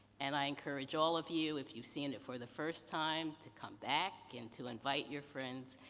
and, i encourage all of you, if you've seen it for the first time, to come back and to invite your friends.